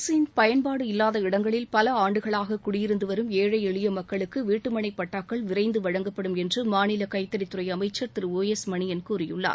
அரசின் பயன்பாடு இல்லாத இடங்களில் பல ஆண்டுகளாக குடியிருந்து வரும் ஏழை எளிய மக்களுக்கு வீட்டுமனை பட்டாக்கள் விரைந்து வழங்கப்படும் என்று மாநில கைத்தறித்துறை அமைச்சர் திரு ஒ எஸ் மணியன் கூறியுள்ளார்